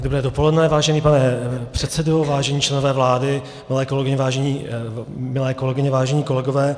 Dobré dopoledne, vážený pane předsedo, vážení členové vlády, milé kolegyně, vážení kolegové.